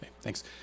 Thanks